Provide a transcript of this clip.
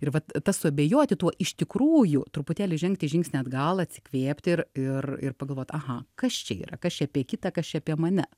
ir vat tas suabejoti tuo iš tikrųjų truputėlį žengti žingsnį atgal atsikvėpti ir ir ir pagalvot aha kas čia yra kas čia apie kitą kas čia apie mane